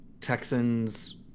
Texans